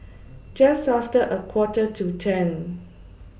Just after A Quarter to ten